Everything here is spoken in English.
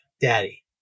Daddy